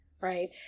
Right